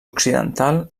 occidental